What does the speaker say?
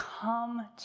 Come